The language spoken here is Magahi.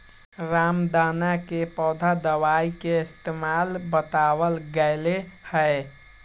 रामदाना के पौधा दवाई के इस्तेमाल बतावल गैले है